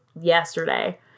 yesterday